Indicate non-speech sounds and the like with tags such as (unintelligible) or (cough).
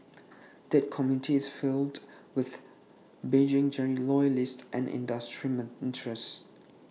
that committee is filled with Beijing (unintelligible) loyalists and industry men interests